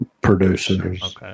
Producers